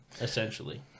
essentially